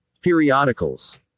periodicals